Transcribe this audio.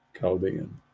Chaldean